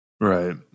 right